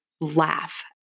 laugh